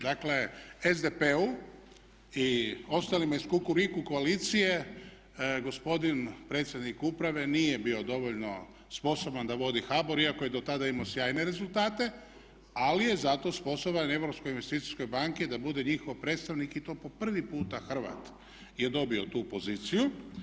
Dakle, SDP-u i ostalima iz Kukuriku koalicije, gospodin predsjednik uprave nije bio dovoljno sposoban da vodi HBOR iako je do tada imao sjajne rezultate, ali je zato sposoban Europskoj investicijskoj banki da bude njihov predstavnik i to po prvi puta Hrvat je dobio tu poziciju.